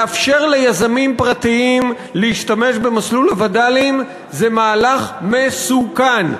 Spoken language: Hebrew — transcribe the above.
לאפשר ליזמים פרטיים להשתמש במסלול וד"לים זה מהלך מסוכן.